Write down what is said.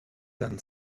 than